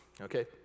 okay